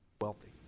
Wealthy